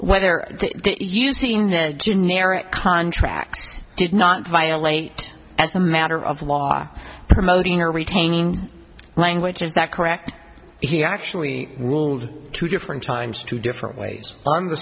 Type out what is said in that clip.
whether you've seen a generic contract did not violate as a matter of law promoting or retaining language is that correct he actually ruled two different times two different ways on the